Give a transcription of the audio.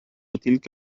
تلك